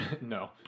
No